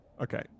Okay